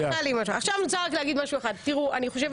עכשיו אני רוצה להגיד לכם שאני חושבת